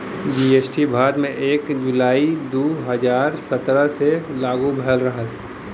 GST Bharat में एक जुलाई दू हजार सत्रह से लागू भयल रहल